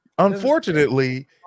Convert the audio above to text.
Unfortunately